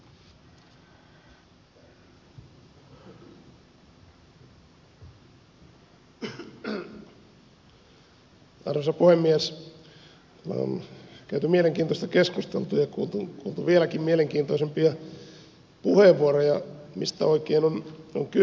tänään on käyty mielenkiintoista keskustelua ja kuultu vieläkin mielenkiintoisempia puheenvuoroja mistä oikein on kysymys